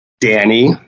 Danny